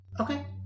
Okay